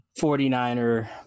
49er